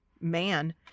man